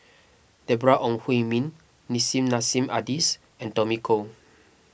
Deborah Ong Hui Min Nissim Nassim Adis and Tommy Koh